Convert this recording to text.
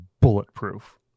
bulletproof